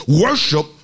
worship